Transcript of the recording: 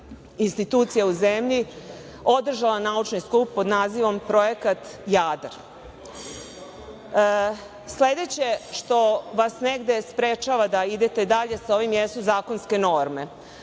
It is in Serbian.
institucija u zemlji, održala naučni skup pod nazivom „Projekat Jadar“.Sledeće što vas negde sprečava da idete dalje sa ovim jesu zakonske norme.